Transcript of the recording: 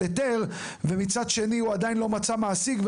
היתר ומצד שני הוא עדיין לא מצא מעסיק,